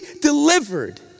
delivered